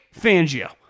Fangio